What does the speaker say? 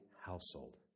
household